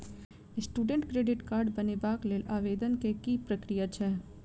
Student credit card बनेबाक लेल आवेदन केँ की प्रक्रिया छै?